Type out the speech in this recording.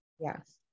Yes